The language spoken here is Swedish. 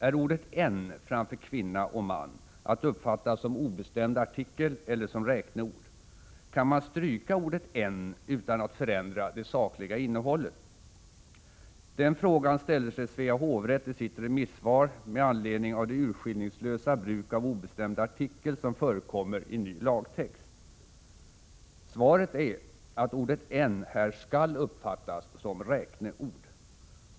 Är ordet ”en” framför ”kvinna” och ”man” att uppfatta som obestämd artikel eller som räkneord? Kan man stryka ordet ”en” utan att förändra det sakliga innehållet? Den frågan ställde sig Svea hovrätt i sitt remissvar med anledning av det urskillningslösa bruk av obestämd artikel som förekommer i ny lagtext. Svaret är att ordet ”en” här skall uppfattas som räkneord.